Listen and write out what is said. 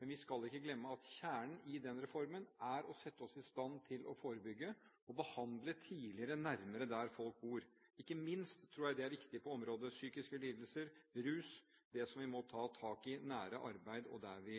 men vi skal ikke glemme at kjernen i den reformen er å sette oss i stand til å forebygge og behandle tidligere nærmere der folk bor. Ikke minst tror jeg det er viktig på områder som psykiske lidelser og rus, det som vi må ta tak i nær arbeid og der vi